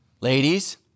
Ladies